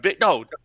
No